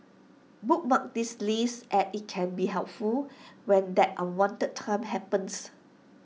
bookmark this list as IT can be helpful when that unwanted time happens